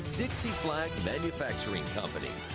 dixie flag manufacturing company.